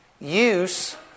use